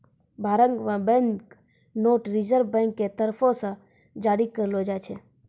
भारत मे bank note reserve bank के तरफो से जारी करलो जाय छै